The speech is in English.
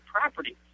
property